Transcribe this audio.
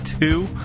two